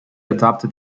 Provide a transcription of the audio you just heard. adopted